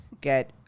get